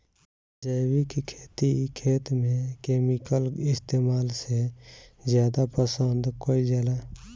जैविक खेती खेत में केमिकल इस्तेमाल से ज्यादा पसंद कईल जाला